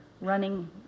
running